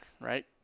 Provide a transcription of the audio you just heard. right